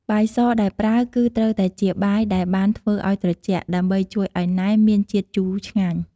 បាយសដែលប្រើ គឺត្រូវតែជាបាយដែលបានធ្វើឱ្យត្រជាក់ ដើម្បីជួយឱ្យណែមមានជាតិជូរឆ្ងាញ់។